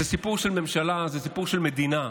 זה סיפור של ממשלה, זה סיפור של מדינה.